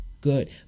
good